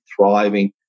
thriving